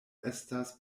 estas